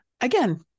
Again